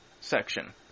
section